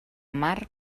mar